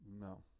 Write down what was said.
No